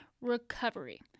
recovery